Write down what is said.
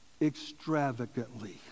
extravagantly